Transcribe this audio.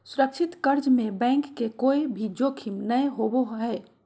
सुरक्षित कर्ज में बैंक के कोय भी जोखिम नय होबो हय